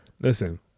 Listen